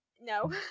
No